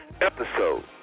episode